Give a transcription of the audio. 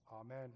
amen